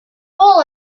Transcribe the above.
all